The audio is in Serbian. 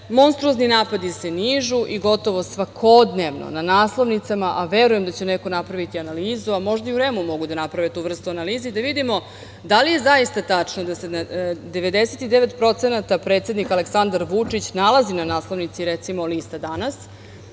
monstruozni napadi se nižu, i gotovo svakodnevno na naslovnicama, a verujem da će neko napraviti analizu, a možda i u REM-u mogu da naprave tu vrstu analize i da vidimo da li je zaista tačno da se 99% predsednik Aleksandar Vučić nalazi na naslovnici recimo lista „Danas“,